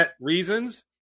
reasons